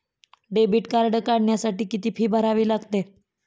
Debit card काढण्यासाठी किती fee भरावी लागते?